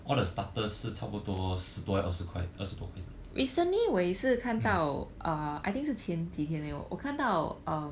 all the starters 是差不多十多二十块二十多块 mm